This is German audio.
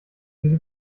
diese